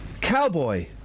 Cowboy